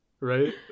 right